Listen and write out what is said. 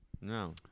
no